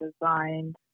designed